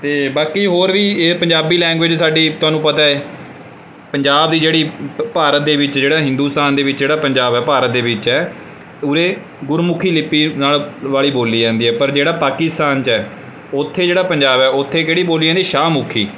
ਅਤੇ ਬਾਕੀ ਹੋਰ ਵੀ ਇਹ ਪੰਜਾਬੀ ਲੈਂਗੁਏਜ ਸਾਡੀ ਤੁਹਾਨੂੰ ਹੈ ਪਤਾ ਪੰਜਾਬ ਦੀ ਜਿਹੜੀ ਭਾਰਤ ਦੇ ਵਿੱਚ ਜਿਹੜਾ ਹਿੰਦੂਸਤਾਨ ਦੇ ਵਿੱਚ ਜਿਹੜਾ ਪੰਜਾਬ ਹੈ ਭਾਰਤ ਦੇ ਵਿੱਚ ਹੈ ਉਰੇ ਗੁਰਮੁਖੀ ਲਿਪੀ ਨਾਲ ਵਾਲੀ ਬੋਲੀ ਜਾਂਦੀ ਹੈ ਪਰ ਜਿਹੜਾ ਪਾਕਿਸਤਾਨ 'ਚ ਹੈ ਉੱਥੇ ਜਿਹੜਾ ਪੰਜਾਬ ਹੈ ਉੱਥੇ ਜਿਹੜੀ ਬੋਲੀ ਜਾਂਦੀ ਸ਼ਾਹ ਮੁਖੀ